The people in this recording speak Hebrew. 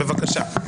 בבקשה.